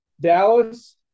Dallas –